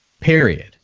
period